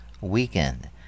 Weekend